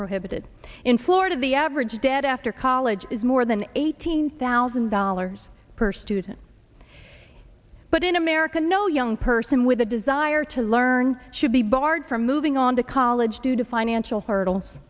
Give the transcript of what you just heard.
prohibited in florida the average dad after college is more than eighteen thousand dollars per student but in america no young person with a desire to learn should be barred from moving on to college due to financial hurdles